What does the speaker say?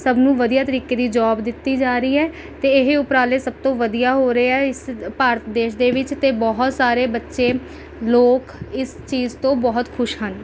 ਸਭ ਨੂੰ ਵਧੀਆ ਤਰੀਕੇ ਦੀ ਜੌਬ ਦਿੱਤੀ ਜਾ ਰਹੀ ਹੈ ਅਤੇ ਇਹ ਉਪਰਾਲੇ ਸਭ ਤੋਂ ਵਧੀਆ ਹੋ ਰਹੇ ਹੈ ਇਸ ਭਾਰਤ ਦੇਸ਼ ਦੇ ਵਿੱਚ ਅਤੇ ਬਹੁਤ ਸਾਰੇ ਬੱਚੇ ਲੋਕ ਇਸ ਚੀਜ਼ ਤੋਂ ਬਹੁਤ ਖੁਸ਼ ਹਨ